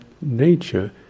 nature